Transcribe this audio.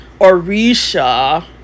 Orisha